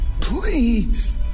Please